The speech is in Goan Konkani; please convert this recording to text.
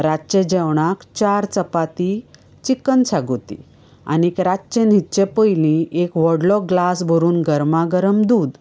रातचे जेवणाक चार चपाती चिकन शाकोती आनीक रातचे न्हिदचे पयली एक व्हडलो ग्लास भरून गरमा गरम दूद